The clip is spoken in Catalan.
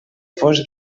fos